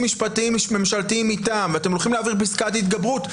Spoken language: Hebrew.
משפטיים ממשלתיים מטעם ואתם הולכים להעביר פסקת התגברות.